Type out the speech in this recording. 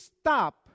stop